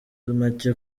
make